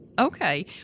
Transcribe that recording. Okay